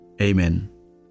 Amen